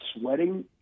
sweating